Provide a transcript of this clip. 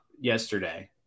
yesterday